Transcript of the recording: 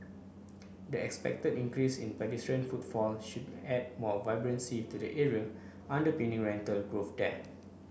the expected increase in pedestrian footfall should add more vibrancy to the area underpinning rental growth there